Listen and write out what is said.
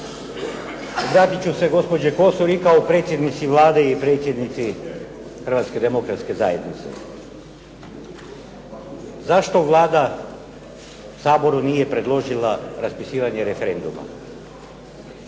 Obratit ću se gospođi Kosor i kao predsjednici Vlade i predsjednici HDZ-a. Zašto Vlada Saboru nije predložila raspisivanje referenduma?